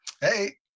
Hey